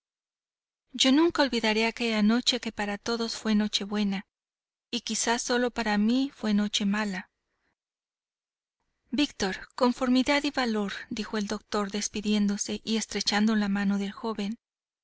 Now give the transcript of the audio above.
yo nunca olvidaré aquella noche que para todos fue noche-buena y quizá solo para mí fue noche mala víctor conformidad y valor dijo el doctor despidiéndose y estrechando la mano del joven